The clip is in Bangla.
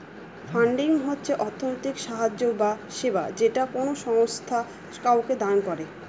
ফান্ডিং হচ্ছে অর্থনৈতিক সাহায্য বা সেবা যেটা কোনো সংস্থা কাউকে দান করে